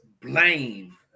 Blame